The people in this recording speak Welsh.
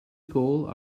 gôl